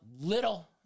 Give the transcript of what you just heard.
little